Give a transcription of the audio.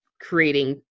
creating